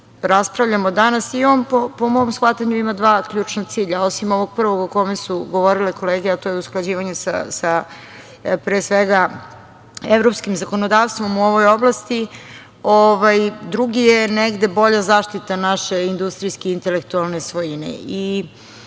Raspravljamo danas i on po mom shvatanju ima dva ključna cilja, osim ovog prvog o kojem su govorile kolege a to je usklađivanje sa, pre svega, evropskim zakonodavstvom u ovoj oblasti, drugi je negde, bolja zaštita naše industrijske intelektualne svojine.